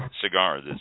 cigar